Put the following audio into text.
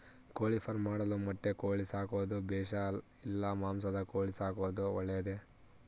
ಕೋಳಿಫಾರ್ಮ್ ಮಾಡಲು ಮೊಟ್ಟೆ ಕೋಳಿ ಸಾಕೋದು ಬೇಷಾ ಇಲ್ಲ ಮಾಂಸದ ಕೋಳಿ ಸಾಕೋದು ಒಳ್ಳೆಯದೇ?